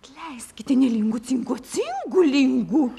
atleiskite ne lingu cingu o cingu lingu